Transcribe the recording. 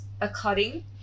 According